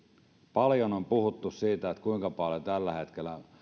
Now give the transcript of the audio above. paljon on puhuttu siitä kuinka paljon tällä hetkellä